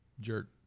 jerk